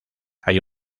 hay